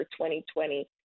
2020